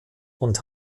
und